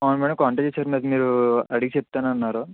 అవును madam contact ఇచ్చారు మరి మీరు అడిగి చెప్తానన్నారు